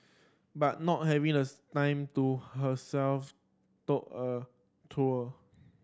but not having the time to herself took a toll